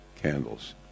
candles